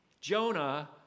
Jonah